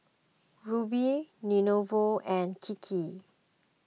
Rubi Lenovo and Kiki